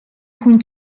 хүн